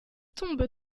tombent